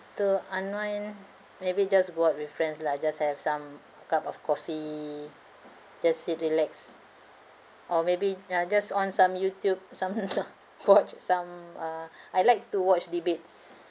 to unwind maybe just go out with friends lah just have some cup of coffee just sit relax or maybe ya just on some YouTube some watch some uh I like to watch debates